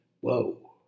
Whoa